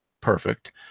perfect